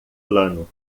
plano